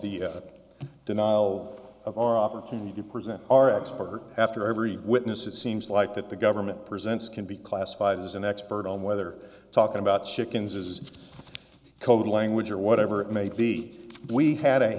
the denial of our opportunity to present our expert after every witness it seems like that the government presents can be classified as an expert on whether talking about chickens is code language or whatever it may be we had a